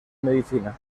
medicina